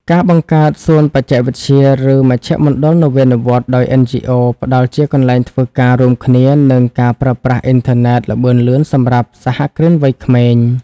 ការបង្កើត "សួនបច្ចេកវិទ្យា" ឬ "មជ្ឈមណ្ឌលនវានុវត្តន៍" ដោយ NGOs ផ្ដល់ជាកន្លែងធ្វើការរួមគ្នា និងការប្រើប្រាស់អ៊ីនធឺណិតល្បឿនលឿនសម្រាប់សហគ្រិនវ័យក្មេង។